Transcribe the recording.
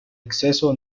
exceso